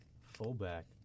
fullback